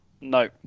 No